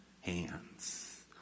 hands